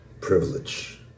privilege